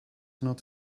not